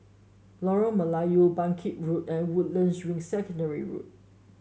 Lorong Melayu Bangkit Road and Woodlands Ring Secondary Road